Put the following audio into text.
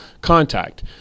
contact